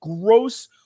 gross